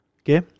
okay